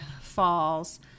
falls